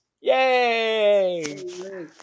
Yay